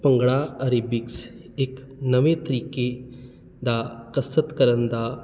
bhangra aerobics ਇੱਕ ਨਵੇਂ ਤਰੀਕੇ ਦਾ ਕਸਰਤ ਕਰਨ ਦਾ